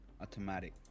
automatic